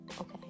Okay